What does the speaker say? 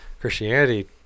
Christianity